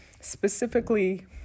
specifically